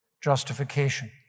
justification